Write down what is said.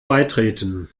beitreten